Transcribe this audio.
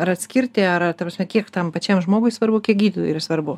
ar atskirti ta prasme kiek tam pačiam žmogui svarbu kiek gydytojui yra svarbu